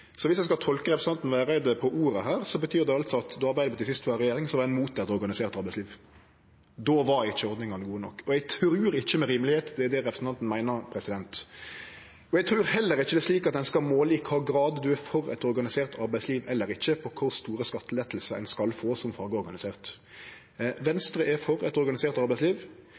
ein skal tolke representanten Vereide ordrett, betyr det at då Arbeidarpartiet sist var i regjering, var ein mot eit organisert arbeidsliv, då var ikkje ordningane gode nok. Eg trur ikkje det er rimeleg å anta at det er det representanten meiner. Eg trur heller ikkje det er slik at ein skal måle i kva grad ein er for eit organisert arbeidsliv eller ikkje, på kor store skattelettar ein skal få som fagorganisert. Venstre er for eit organisert arbeidsliv.